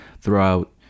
throughout